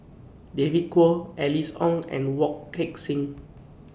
David Kwo Alice Ong and Wong Heck Sing